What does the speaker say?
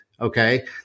Okay